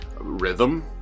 rhythm